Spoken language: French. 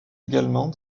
également